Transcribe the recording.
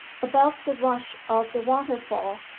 above the rush of the waterfall,